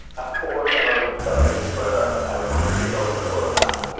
a port and other facilities were going to be built at rorovana.